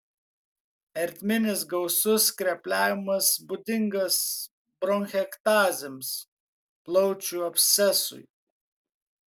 ertminis gausus skrepliavimas būdingas bronchektazėms plaučių abscesui